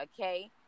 okay